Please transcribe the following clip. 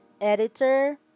editor